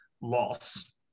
loss